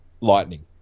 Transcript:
lightning